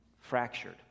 fractured